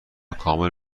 کامل